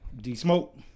D-smoke